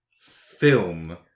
film